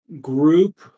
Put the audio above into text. group